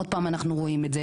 עוד פעם אנחנו רואים את זה,